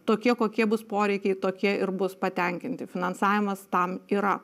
tokie kokie bus poreikiai tokie ir bus patenkinti finansavimas tam yra